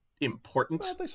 important